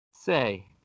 Say